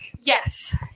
Yes